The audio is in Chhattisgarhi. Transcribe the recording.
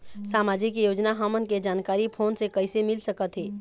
सामाजिक योजना हमन के जानकारी फोन से कइसे मिल सकत हे?